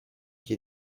you